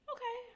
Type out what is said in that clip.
Okay